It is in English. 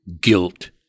guilt